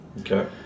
okay